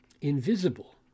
invisible